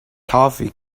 toffee